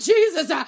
Jesus